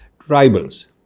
tribals